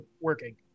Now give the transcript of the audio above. working